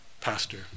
pastor